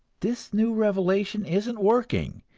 this new revelation isn't working,